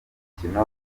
mukino